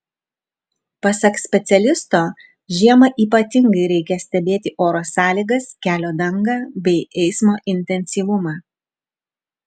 pasak specialisto žiemą ypatingai reikia stebėti oro sąlygas kelio dangą bei eismo intensyvumą